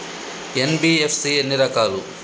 NBFC ఎన్ని రకాలు?